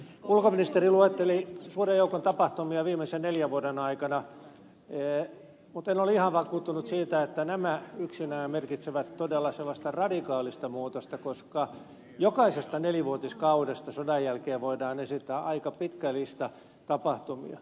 ulkoministeri luetteli suuren joukon tapahtumia viimeisten neljän vuoden ajalta mutta en ole ihan vakuuttunut siitä että nämä yksinään merkitsevät todella sellaista radikaalia muutosta koska jokaisesta nelivuotiskaudesta sodan jälkeen voidaan esittää aika pitkä lista tapahtumia